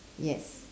yes